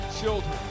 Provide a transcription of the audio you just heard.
children